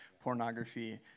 pornography